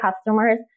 customers